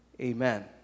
Amen